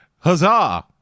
Huzzah